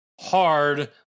hard